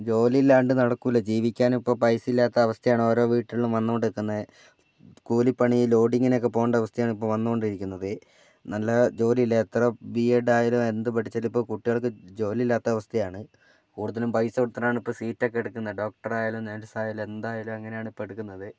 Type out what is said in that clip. ജോലിയില്ലാണ്ട് നടക്കൂല ജീവിക്കാനിപ്പം പൈസയില്ലാത്ത അവസ്ഥയാണ് ഓരോ വീട്ടിലും വന്നോണ്ടിക്കുന്നെ കൂലിപ്പണി ലോഡിങ്ങിനൊക്കെ പോണ്ട അവസ്ഥയാണിപ്പം വന്നോണ്ടിരിക്കുന്നത് നല്ല ജോലിയില്ല എത്ര ബിഎഡ് ആയാലും എന്ത് പഠിച്ചാലും ഇപ്പം കുട്ടികൾക്ക് ജോലിയില്ലാത്തവസ്ഥയാണ് കൂടുതലും പൈസകൊടുത്തിട്ടാണ് ഇപ്പം സീറ്റൊക്കെ എടുക്കുന്നെ ഡോക്ടറായാലും നേഴ്സായാലും എന്തായാലും അങ്ങനെയാണിപ്പം എടുക്കുന്നത്